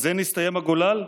בזה נסתם הגולל?